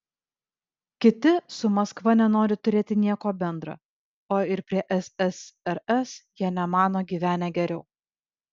kiti su maskva nenori turėti nieko bendra o ir prie ssrs jie nemano gyvenę geriau